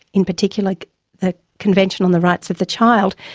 in particular like the convention on the rights of the child,